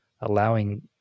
allowing